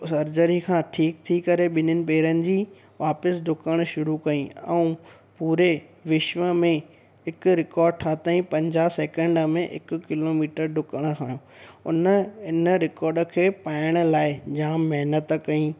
surgery खां ठीक थी करे ॿिन्हि्नि पेरनि जी वापसि डुकण शुरु कईं ऐं पूरे विश्व में हिकु रिकॉड ठाहियो अथई पंजाहु सैकंड में हिकु किलोमीटर डुकण खां उन इन रिकॉड खे पाइण लाइ जाम महिनत कईं